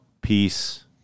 peace